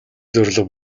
зорилго